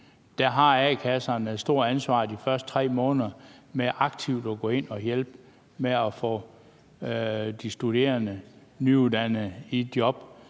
at a-kasserne har et stort ansvar for i de første 3 måneder aktivt at gå ind og hjælpe med at få de nyuddannede i job